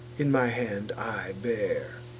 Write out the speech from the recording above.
in my hand i bear.